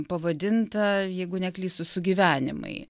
pavadinta jeigu neklystu sugyvenimai